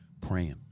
praying